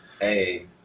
hey